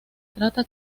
trata